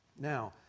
Now